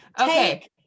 Okay